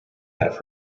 have